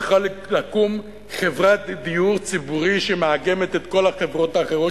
צריכה לקום חברה לדיור ציבורי שמאגמת את כל החברות האחרות,